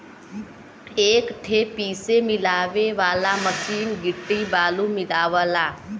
एक ठे पीसे मिलावे वाला मसीन गिट्टी बालू मिलावला